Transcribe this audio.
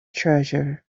treasure